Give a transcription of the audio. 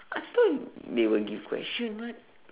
I thought they will give question what